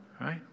right